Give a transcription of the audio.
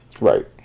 Right